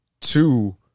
Two